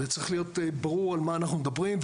וצריך להיות ברור על מה אנחנו מדברים,